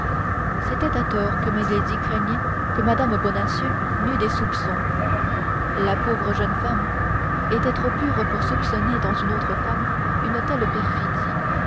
c'était à tort que milady craignait que mme bonacieux n'eût des soupçons la pauvre jeune femme était trop pure pour soupçonner dans une autre femme une telle perfidie